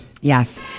Yes